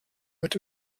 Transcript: wird